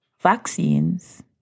vaccines